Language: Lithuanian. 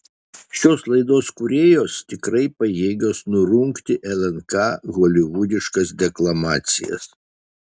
šios laidos kūrėjos tikrai pajėgios nurungti lnk holivudiškas deklamacijas